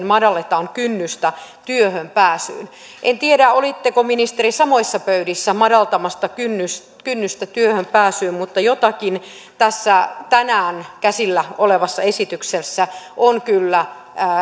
madalletaan kynnystä työhön pääsyyn en tiedä olitteko ministeri samoissa pöydissä madaltamassa tätä kynnystä työhön pääsyyn mutta jotakin ristiriitaista tässä tänään käsillä olevassa esityksessä kyllä